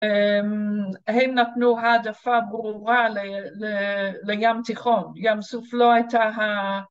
הם נתנו העדפה ברורה לים תיכון, ים סוף לא הייתה